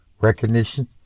recognition